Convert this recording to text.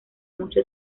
mucho